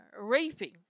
raping